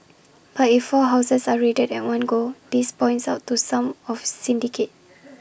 but if four houses are raided at one go this points out to some of syndicate